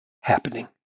happening